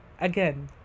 again